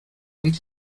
und